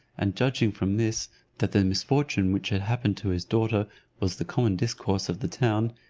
and judging from this that the misfortune which had happened to his daughter was the common discourse of the town,